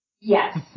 Yes